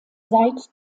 seit